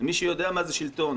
למי שיודע מה זה שלטון.